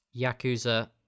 Yakuza